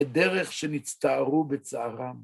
בדרך שנצטערו בצערם.